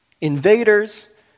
invaders